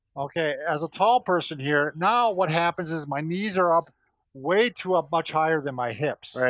okay, as a tall person here, now what happens is my knees are up way too up much higher than my hips. right,